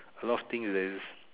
a lot of things that are just